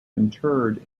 interred